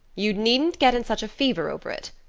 you needn't get in such a fever over it.